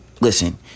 listen